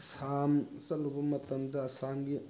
ꯑꯁꯥꯝ ꯆꯠꯂꯨꯕ ꯃꯇꯝꯗ ꯑꯁꯥꯝꯒꯤ